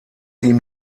ihm